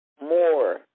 more